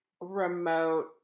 remote